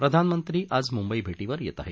प्रधानमंत्री आज मुंबईमेटीवर येत आहेत